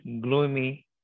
gloomy